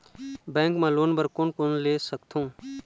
Bank मा loan बर कोन कोन ले सकथों?